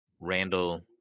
Randall